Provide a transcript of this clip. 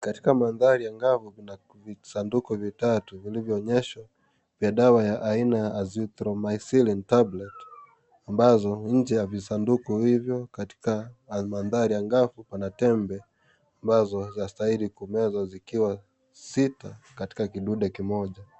Katika mandhari ambayo kuna vijisanduku vitatu vilivyoonesha ya dawa ya aina ya azetromazin tablet ambazo nje ya visanduku hizo iko katika mandhari alafu kuna tembe ambazo inastahili kumezwa zikiwa sita katika kidude kimoja.